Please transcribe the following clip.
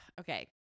Okay